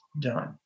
done